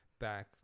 back